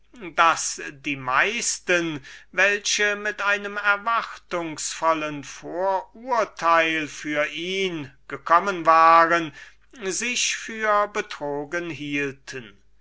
daß die meisten welche mit einem erwartungsvollen vorurteil für ihn gekommen waren sich für betrogen